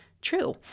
true